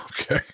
Okay